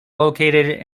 located